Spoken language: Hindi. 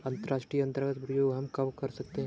अंतर्राष्ट्रीय अंतरण का प्रयोग हम कब कर सकते हैं?